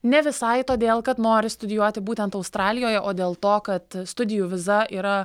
ne visai todėl kad nori studijuoti būtent australijoje o dėl to kad studijų viza yra